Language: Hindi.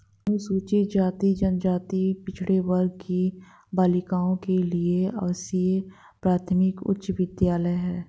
अनुसूचित जाति जनजाति पिछड़े वर्ग की बालिकाओं के लिए आवासीय प्राथमिक उच्च विद्यालय है